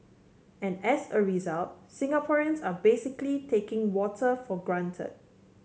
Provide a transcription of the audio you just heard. and as a result Singaporeans are basically taking water for granted